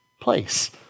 place